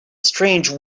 strange